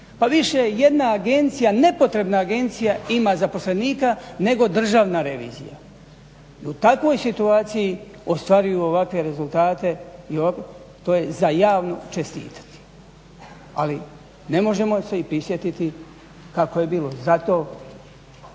Pa više i jedna agencija nepotrebna agencija ima zaposlenika nego Državna revizija. I u takvoj situaciji ostvaruju ovakve rezultate. To je za javno čestitati. Ali ne možemo se i prisjetiti kako je bilo. Zato